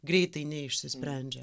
greitai neišsisprendžia